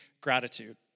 gratitude